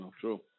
True